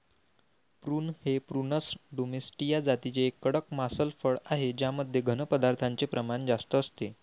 prune हे Prunus domestica जातीचे एक कडक मांसल फळ आहे ज्यामध्ये घन पदार्थांचे प्रमाण जास्त असते